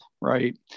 Right